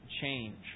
change